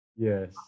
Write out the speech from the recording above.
yes